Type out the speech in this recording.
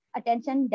Attention